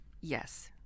yes